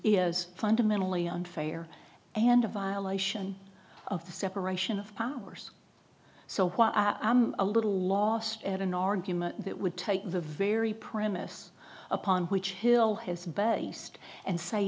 fundamentally unfair and a violation of the separation of powers so while i'm a little lost at an argument that would take the very premise upon which hill has bet east and say